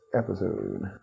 episode